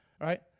right